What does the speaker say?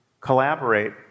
collaborate